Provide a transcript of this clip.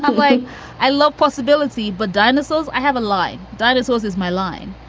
but like i love possibility. but dinosaurs. i have a line. dinosaurs is my line.